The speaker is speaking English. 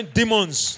demons